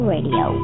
Radio